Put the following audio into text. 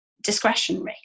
discretionary